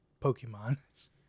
Pokemon